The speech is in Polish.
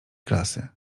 klasy